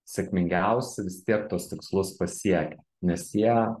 sėkmingiausi tiek tuos tikslus pasiekia nes jie